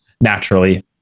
naturally